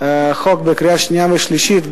את החוק בקריאה שנייה ושלישית,